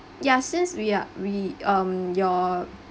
ya since we are we um your